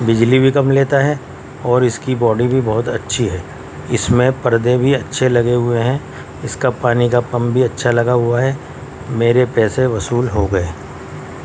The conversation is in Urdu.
بجلی بھی کم لیتا ہے اور اس کی باڈی بھی بہت اچھی ہے اس میں پردے بھی اچھے لگے ہوئے ہیں اس کا پانی کا پمپ بھی اچھا لگا ہوا ہے میرے پیسے وصول ہو گئے